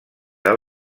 del